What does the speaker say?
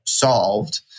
Solved